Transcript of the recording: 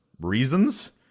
reasons